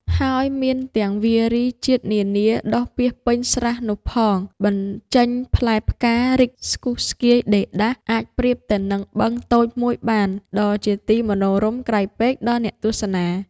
ហើយមានទាំងវារីជាតិនានា ដុះពាសពេញស្រះនោះផង បញ្ចេញផ្លែផ្ការីកស្គុះស្គាយ ដេរដាស អាចប្រៀបទៅនឹងបឹងតូចមួយបាន ដ៏ជាទីមនោរម្យក្រៃពេក ដល់អ្នកទស្សនា ។